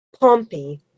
Pompey